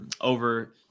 over